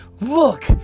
look